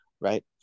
right